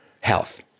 health